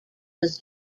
was